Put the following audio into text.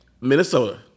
Minnesota